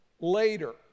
later